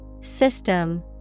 System